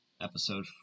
Episode